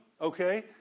Okay